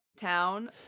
town